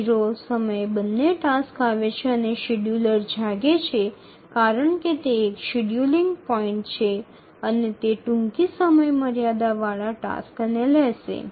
0 সময়ে উভয় কাজ উপস্থিত হয় এবং শিডিয়ুলার জেগে উঠবে কারণ এটি একটি সময় নির্ধারণী পয়েন্ট এবং এটি প্রথমতম সময়সীমা নিয়ে কাজটি গ্রহণ করবে